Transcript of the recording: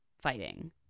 fighting